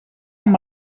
amb